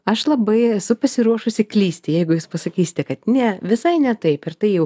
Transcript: aš labai esu pasiruošusi klysti jeigu jūs pasakysite kad ne visai ne taip ir tai jau